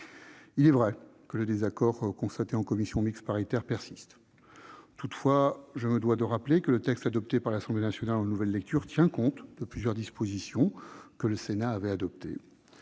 Il est vrai que les désaccords constatés en commission mixte paritaire persistent. Toutefois, je me dois de rappeler que le texte adopté par l'Assemblée nationale en nouvelle lecture tient compte de plusieurs dispositions adoptées